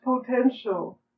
potential